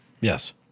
Yes